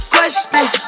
Question